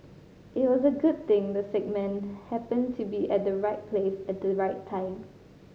it was a good thing the sick man happened to be at the right place at the right time